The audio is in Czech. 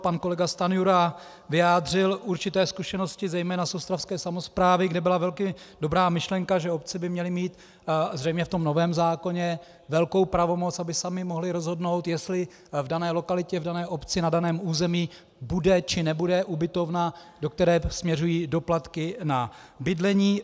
Pan kolega Stanjura vyjádřil určité zkušenosti zejména z ostravské samosprávy, kde byla velmi dobrá myšlenka, že obce by měly mít zřejmě v novém zákoně velkou pravomoc, aby samy mohly rozhodnout, jestli v dané lokalitě, v dané obci, na daném území bude, či nebude ubytovna, do které směřují doplatky na bydlení.